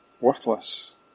Worthless